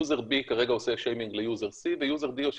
יוזר B כרגע עושה שיימינג ליוזר C ויוזר D יושב